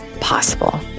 possible